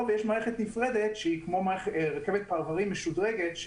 ויש מערכת נפרדת שהיא רכבת פרברים משודרגת,